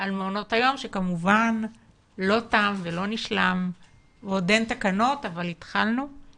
על מעונות היום שכמובן לא תם ולא נשלם ועוד אין תקנות אבל התחלנו,